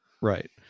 Right